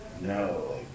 no